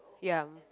ya